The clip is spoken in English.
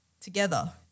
together